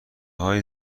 های